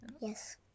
Yes